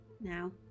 Now